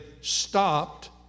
stopped